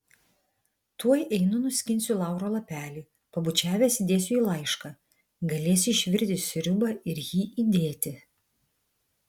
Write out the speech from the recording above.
tuoj einu nuskinsiu lauro lapelį pabučiavęs įdėsiu į laišką galėsi išvirti sriubą ir jį įdėti